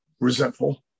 resentful